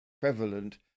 prevalent